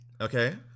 Okay